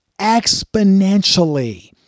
exponentially